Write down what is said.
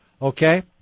Okay